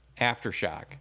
Aftershock